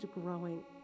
growing